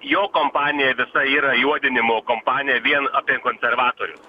jo kompanija visa yra juodinimo kompanija vien apie konservatorius